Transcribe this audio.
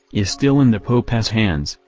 is still in the pope s hands,